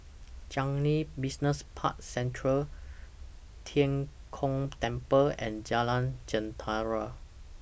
Changi Business Park Central Tian Kong Temple and Jalan Jentera